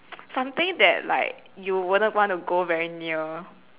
something that like you wouldn't want to go very near